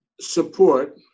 support